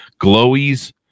Glowies